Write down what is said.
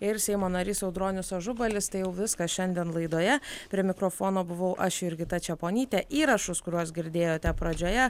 ir seimo narys audronius ažubalis tai jau viskas šiandien laidoje prie mikrofono buvau aš jurgita čeponytė įrašus kuriuos girdėjote pradžioje